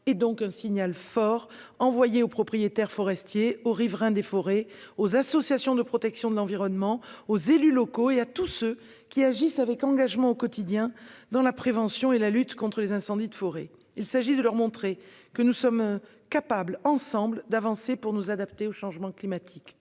loi est un signal fort envoyé aux propriétaires forestiers, aux riverains des forêts, aux associations de protection de l'environnement, aux élus locaux et à tous ceux qui agissent avec engagement au quotidien dans la prévention et la lutte contre les incendies de forêt. Il s'agit de leur montrer que nous sommes capables, ensemble, d'avancer pour nous adapter au changement climatique.